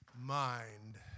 mind